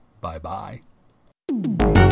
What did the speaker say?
Bye-bye